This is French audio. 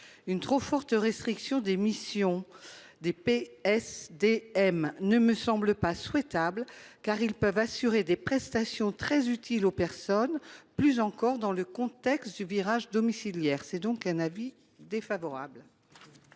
une trop forte restriction des missions des PSDM ne me semble pas souhaitable, car ils assurent des prestations très utiles aux personnes, plus encore dans le contexte du virage domiciliaire. C’est donc un avis défavorable.